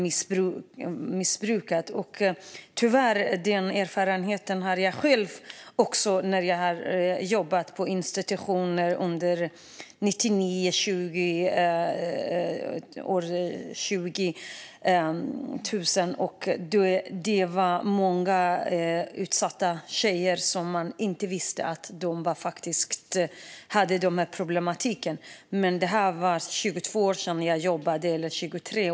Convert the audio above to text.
Tyvärr har jag själv den erfarenheten från när jag har jobbat på institutioner under 1999-2000. Det var många utsatta tjejer som man inte visste hade denna problematik. Men det var 22-23 år sedan som jag jobbade med detta.